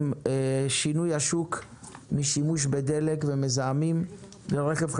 שינוי השוק משימוש בדלק ומזהמים לרכב חשמלי.